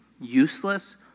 useless